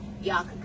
Y'all